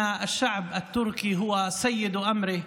שהעם הטורקי הוא אדון לעצמו,